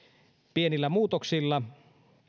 pienillä muutoksilla